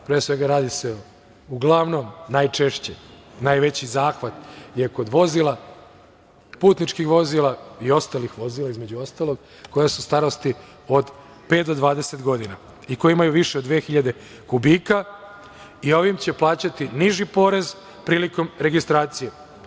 Pre svega, radi se, uglavnom, najčešće, najveći zahvat je kod vozila, putničkih vozila i ostalih vozila, između ostalog, koja su starosti od pet do dvadeset godina i koji imaju više od dve hiljade kubika, ovim će plaćati niži porez prilikom registracije.